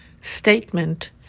statement